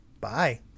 bye